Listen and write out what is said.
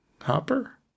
Hopper